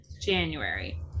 January